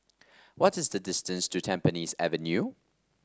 what is the distance to Tampines Avenue